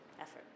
effort